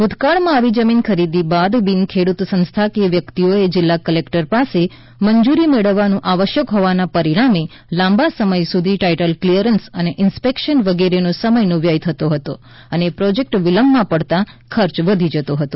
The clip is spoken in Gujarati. ભૂતકાળમાં આવી જમીન ખરીદી માટે બિન ખેડૂત સંસ્થાઓ કે વ્યક્તિઓ એ જિલ્લા કલેકટર પાસે મંજૂરી મેળવવાનું આવશ્યક હોવાના પરિણામે લાંબા સમય સુધી ટાઇટલ કલીયરન્સ અને ઇન્સપેકશન વગેરેમાં સમયનો વ્યય થતો હતો અને પ્રોજેકટ વિલંબમાં પડતાં ખર્ચ વધી જતો હતો